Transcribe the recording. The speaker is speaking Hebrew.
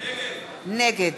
נגד